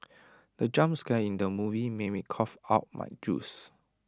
the jump scare in the film made me cough out my juice